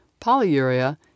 polyuria